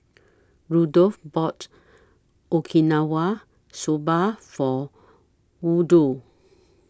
Rudolf bought Okinawa Soba For Woodroe